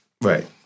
Right